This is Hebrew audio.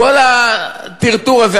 כל הטרטור הזה.